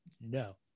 no